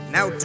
Now